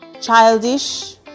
childish